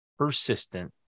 persistent